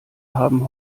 haben